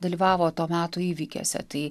dalyvavo to meto įvykiuose tai